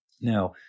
Now